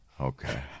Okay